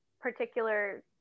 particular